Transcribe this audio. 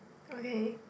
okay